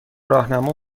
راهنما